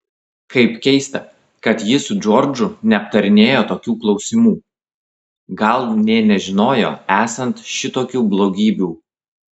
kaip keista kad ji su džordžu neaptarinėjo tokių klausimų gal nė nežinojo esant šitokių blogybių